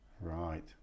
Right